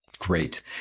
Great